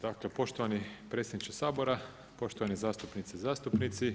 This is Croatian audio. Dakle poštovani predsjedniče Sabora, poštovani zastupnice i zastupnici.